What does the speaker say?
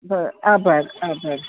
હં આભાર આભાર